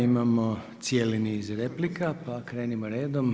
Imamo cijeli niz replika, pa krenimo redom.